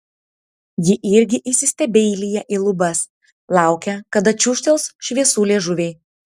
ji irgi įsistebeilija į lubas laukia kada čiūžtels šviesų liežuviai